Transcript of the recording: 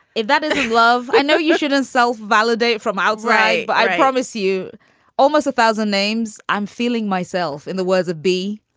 if that isn't love, i know you shouldn't self validate from outside, but i promise you almost a thousand names. i'm feeling myself in the words of b